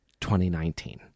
2019